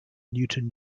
newton